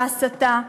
ההסתה,